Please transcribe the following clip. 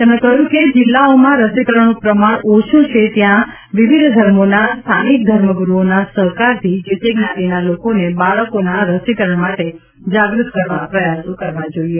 તેમણે કહ્યું કે જે જિલ્લાઓમાં રસીકરણનું પ્રમાણ ઓછું ત્યાં વિવિધ ધર્મોના સ્થાનિક ધર્મ ગુરૂઓના સહકારથી જે તે જ્ઞાતિના લોકોને બાળકોના રસીકરણ માટે જાગ્રત કરવા પ્રયાસો કરવા જોઈએ